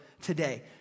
today